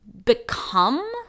become